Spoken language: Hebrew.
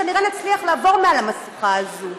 כנראה נצליח לעבור מעל המשוכה הזאת.